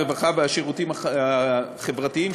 הרווחה והשירותים החברתיים,